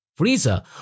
Frieza